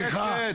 סליחה.